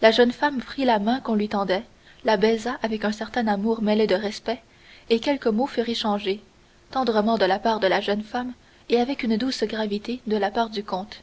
la jeune femme prit la main qu'on lui tendait la baisa avec un certain amour mêlé de respect et quelques mots furent échangés tendrement de la part de la jeune femme et avec une douce gravité de la part du comte